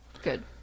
good